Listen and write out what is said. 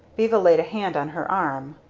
viva laid a hand on her arm.